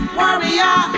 warrior